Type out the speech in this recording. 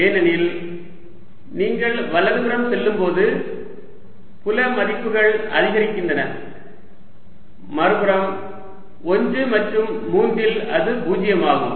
ஏனெனில் நீங்கள் வலதுபுறம் செல்லும்போது புல மதிப்புகள் அதிகரிக்கின்றன மறுபுறம் 1 மற்றும் 3 இல் அது பூஜ்ஜியமாகும்